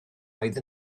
oedd